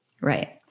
Right